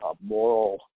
moral